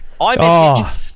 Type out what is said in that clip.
iMessage